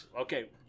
Okay